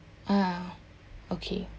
ah okay